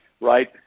right